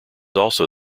also